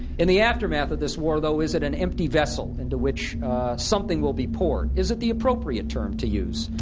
in the aftermath of this war though, is it an empty vessel into which something will be poured? is it the appropriate term to use?